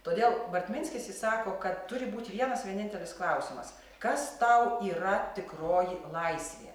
todėl bartminskis jis sako kad turi būti vienas vienintelis klausimas kas tau yra tikroji laisvė